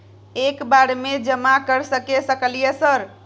एक बार में जमा कर सके सकलियै सर?